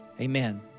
Amen